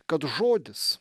kad žodis